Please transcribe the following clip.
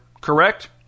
correct